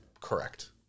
correct